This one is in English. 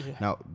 Now